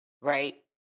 right